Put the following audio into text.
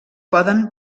poden